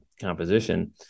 composition